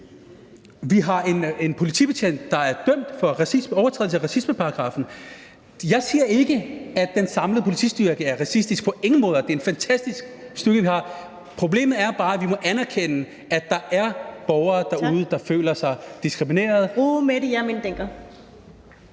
Vi har en politibetjent, der er dømt for overtrædelse af racismeparagraffen. Jeg siger ikke, at den samlede politistyrke er racistisk, på ingen måde, det er en fantastisk styrke, vi har. Problemet er bare, at vi må anerkende, at der er borgere derude, der føler sig diskrimineret.